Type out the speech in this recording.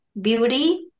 beauty